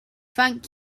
thank